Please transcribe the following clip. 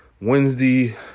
Wednesday